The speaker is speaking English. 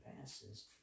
passes